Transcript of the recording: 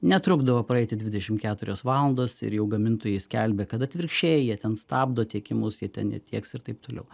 netrukdavo praeiti dvidešim keturios valandos ir jau gamintojai skelbia kad atvirkščiai jie ten stabdo tiekimus jie ten netieks ir taip toliau